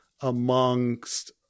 amongst